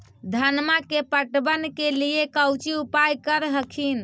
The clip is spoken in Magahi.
धनमा के पटबन के लिये कौची उपाय कर हखिन?